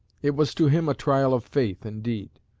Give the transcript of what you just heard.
it was to him a trial of faith, indeed.